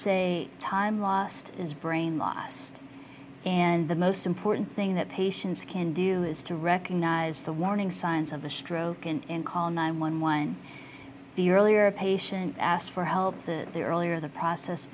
say time lost is brain lost and the most important thing that patients can do is to recognize the warning signs of a stroke and call nine one one the earlier a patient asked for help that the earlier the process